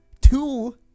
Two